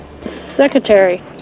Secretary